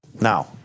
Now